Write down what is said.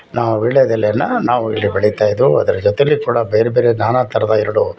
ನಾವು ವೀಳ್ಯದೆಲೇನ ನಾವು ಇಲ್ಲಿ ಬೆಳೀತ ಇದ್ವು ಅದ್ರ ಜೊತೇಲಿ ಕೂಡ ಬೇರೆ ಬೇರೆ ನಾನಾ ಥರದ ಎರಡು